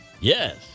yes